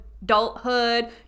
adulthood